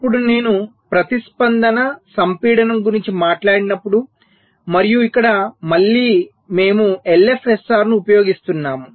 ఇప్పుడు నేను ప్రతిస్పందన సంపీడనం గురించి మాట్లాడినప్పుడు మరియు ఇక్కడ మళ్ళీ మేము LFSR ని ఉపయోగిస్తున్నాము